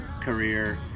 career